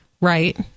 right